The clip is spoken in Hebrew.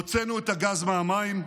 הוצאנו את הגז מהמים,